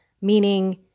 meaning